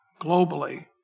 globally